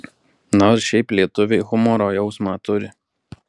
nors šiaip lietuviai humoro jausmą turi